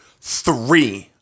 three